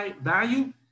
value